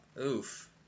oof